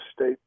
state